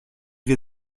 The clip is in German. wir